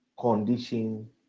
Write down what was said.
condition